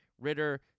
Ritter